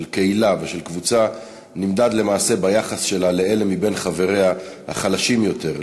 של קהילה ושל קבוצה נמדד למעשה ביחס שלה לאלה מבין חבריה החלשים יותר,